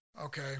Okay